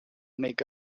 make